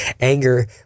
anger